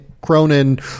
Cronin